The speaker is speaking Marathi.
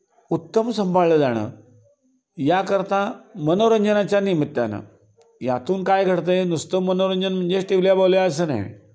उत्तम संभाळलं जाणं याकरता मनोरंजनाच्या निमित्यानं यातून काय घडतं आहे नुसतं मनोरंजन म्हणजे टिवल्या बावल्या असं नाही